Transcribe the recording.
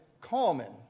common